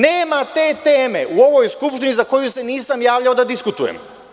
Nema te teme u ovoj Skupštini za koju se nisam javljamo da diskutujem.